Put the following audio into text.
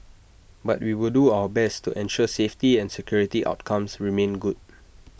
but we will do our best to ensure safety and security outcomes remain good